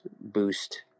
boost